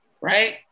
Right